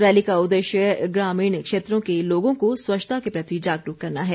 rally का उद्देश्य ग्रामीण क्षेत्रों के लोगों को स्वच्छता के प्रति जागरूक करना है